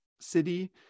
city